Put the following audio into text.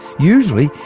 usually,